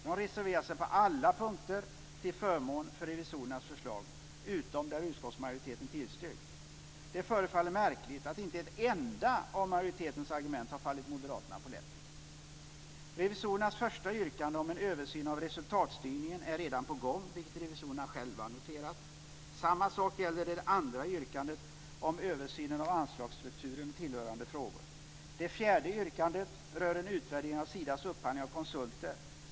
De reserverar sig på alla punkter till förmån för revisorernas förslag - utom där utskottsmajoriteten tillstyrkt. Det förefaller märkligt att inte ett enda av majoritetens argument har fallit Moderaterna på läppen. Revisorernas första yrkande om en översyn av resultatstyrningen är redan på gång, vilket revisorerna själva noterat. Samma sak gäller det andra yrkandet, om översynen av anslagsstruktur och tillhörande frågor. Det fjärde yrkandet rör en utvärdering av Sidas upphandling av konsulter.